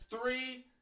three